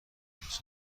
تلفظ